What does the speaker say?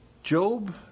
Job